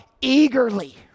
eagerly